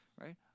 right